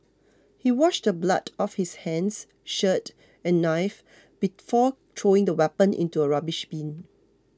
he washed the blood off his hands shirt and knife before throwing the weapon into a rubbish bin